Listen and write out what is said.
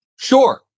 Sure